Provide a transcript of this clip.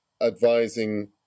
advising